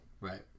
Right